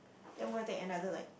then I'm gonna take another like